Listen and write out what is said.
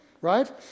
right